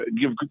give